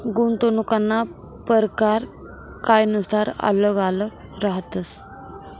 गुंतवणूकना परकार कायनुसार आल्लग आल्लग रहातस